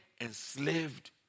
enslaved